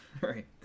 right